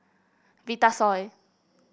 Vitasoy